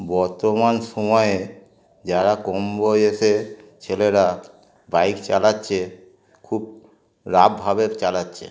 বর্তমান সময়ে যারা কম বয়সে ছেলেরা বাইক চালাচ্ছে খুব লাফভাবে চালাচ্ছে